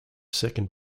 second